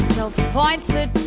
Self-appointed